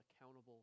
accountable